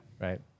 Right